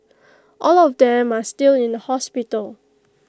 all of them are still in A hospital